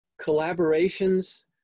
collaborations